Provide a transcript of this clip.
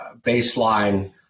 baseline